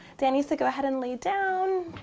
dani, so go ahead and lay down.